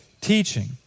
teaching